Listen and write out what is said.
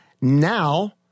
now